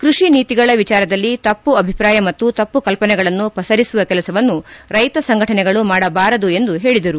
ಕೃಷಿ ನೀತಿಗಳ ವಿಚಾರದಲ್ಲಿ ತಪ್ಪು ಅಭಿಪ್ರಾಯ ಮತ್ತು ತಪ್ಪು ಕಲ್ಪನೆಗಳನ್ನು ಪಸರಿಸುವ ಕೆಲಸವನ್ನು ರ್ಲೆತ ಸಂಘಟನೆಗಳು ಮಾಡಬಾರದು ಎಂದು ಹೇಳದರು